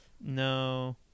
No